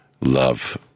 Love